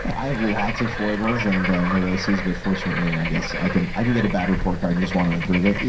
i have lots of foibles and neuroses. but, fortunately, i guess, i can i can get a bad report card and just want to improve it.